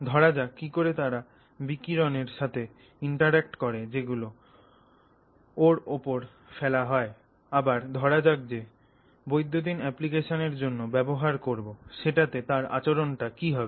ধরা যাক কিকরে তারা বিকিরণের সাথে ইন্টারঅ্যাক্ট করে যেগুলো ওর ওপর ফেলা হয় আবার ধরা যাক যে যে বৈদ্যুতিন অ্যাপ্লিকেশন এর জন্য ব্যবহার করবো সেটাতে তার আচরণটা কি হবে